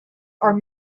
are